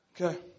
Okay